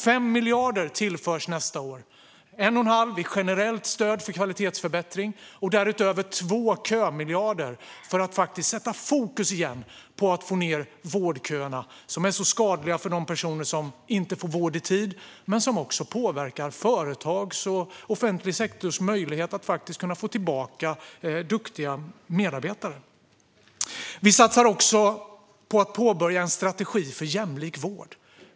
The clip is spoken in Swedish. Nästa år tillförs 5 miljarder, 1 1⁄2 miljard i generellt stöd för kvalitetsförbättring och därutöver två kömiljarder för att återigen sätta fokus på att korta vårdköerna, som inte bara är skadliga för de personer som inte får vård i tid utan också påverkar företags och offentlig sektors möjlighet att få tillbaka duktiga medarbetare. Vi satsar också på att påbörja en strategi för jämlik vård.